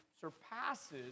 surpasses